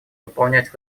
выполнять